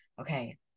okay